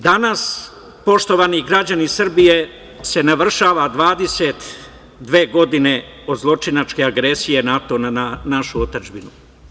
Danas, poštovani građani Srbije se navršava 22 godine od zločinačke agresije NATO na našu otadžbinu.